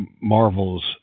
Marvel's